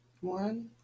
One